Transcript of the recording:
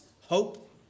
hope